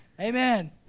Amen